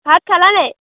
ভাত খালা নাই